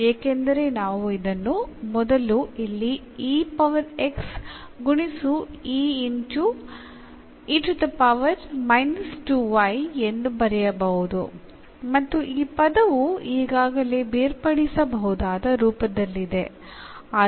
ಏಕೆಂದರೆ ನಾವು ಇದನ್ನು ಮೊದಲು ಇಲ್ಲಿಗುಣಿಸುಎಂದು ಬರೆಯಬಹುದು ಮತ್ತು ಈ ಪದವು ಈಗಾಗಲೇ ಬೇರ್ಪಡಿಸಬಹುದಾದ ರೂಪದಲ್ಲಿದೆ ಆದ್ದರಿಂದ